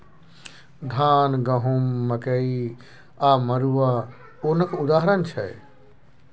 धान, गहुँम, मकइ आ मरुआ ओनक उदाहरण छै